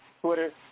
Twitter